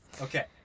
Okay